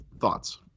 Thoughts